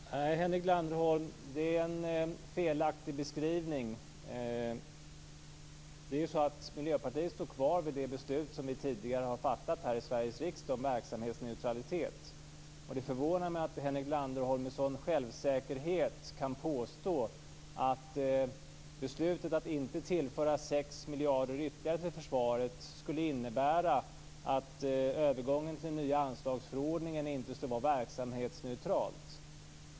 Fru talman! Nej, Henrik Landerholm, det är en felaktig beskrivning. Miljöpartiet står kvar vid det beslut som Sveriges riksdag tidigare har fattat om verksamhetsneutralitet. Det förvånar mig att Henrik Landerholm med sådan självsäkerhet kan påstå att beslutet att inte tillföra 6 miljarder ytterligare till försvaret skulle innebära att övergången till den nya anslagsförordningen inte skulle vara verksamhetsneutral.